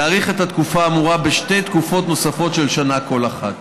להאריך את התקופה האמורה בשתי תקופות נוספות של שנה כל אחת.